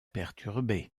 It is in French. perturbé